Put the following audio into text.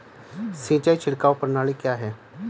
सिंचाई छिड़काव प्रणाली क्या है?